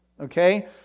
okay